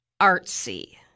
artsy